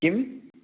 किम्